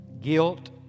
guilt